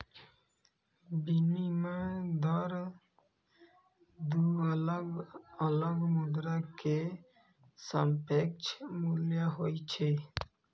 विनिमय दर दू अलग अलग मुद्रा के सापेक्ष मूल्य होइ छै